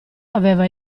aveva